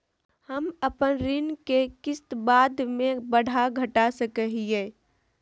हम अपन ऋण के किस्त बाद में बढ़ा घटा सकई हियइ?